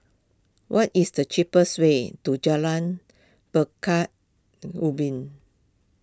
what is the cheapest way to Jalan Pekan Ubin